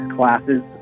classes